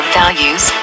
values